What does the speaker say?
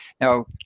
Now